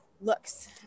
looks